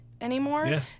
anymore